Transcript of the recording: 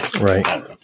Right